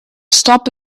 stop